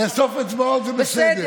לאסוף אצבעות זה בסדר.